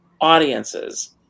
audiences